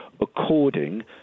according